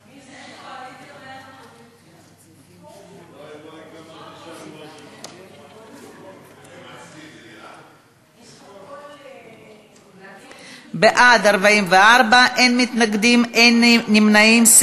בעד, 44. אין מתנגדים, אין נמנעים.